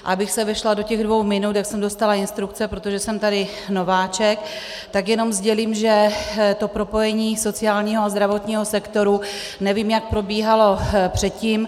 Abych se vešla do těch dvou minut, jak jsem dostala instrukce, protože jsem tady nováček, tak jenom sdělím, že propojení sociálního a zdravotního sektoru nevím, jak probíhalo předtím.